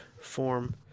form